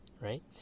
right